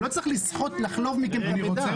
לא צריך לחלוב מכם מידע.